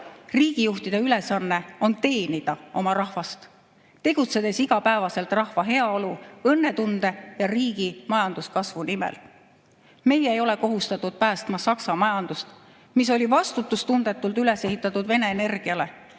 Riigijuhtide ülesanne on teenida oma rahvast, tegutsedes igapäevaselt rahva heaolu, õnnetunde ja riigi majanduskasvu nimel. Meie ei ole kohustatud päästma Saksa majandust, mis oli vastutustundetult üles ehitatud Vene energiale.